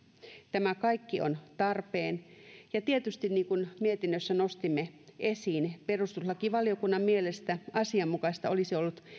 tämä kaikki on tarpeen ja tietysti niin kuin mietinnössä nostimme esiin perustuslakivaliokunnan mielestä asianmukaista olisi ollut